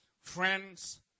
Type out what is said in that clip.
Friends